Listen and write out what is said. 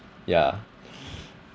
ya